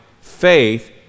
faith